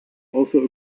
also